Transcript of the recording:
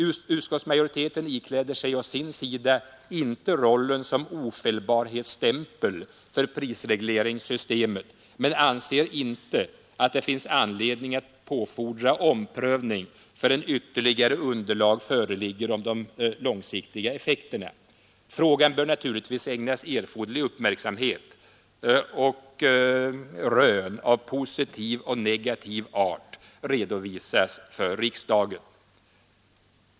Utskottsmajoriteten ikläder sig å sin sida inte rollen som ofelbarhetsstämpel för prisregleringssystemet men anser inte att det finns anledning att påfordra omprövning förrän ytterligare underlag föreligger om de långsiktiga effekterna. Frågan bör naturligtvis ägnas erforderlig uppmärksamhet, och rön av positiv och negativ art redovisas för riksdagen.